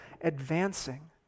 advancing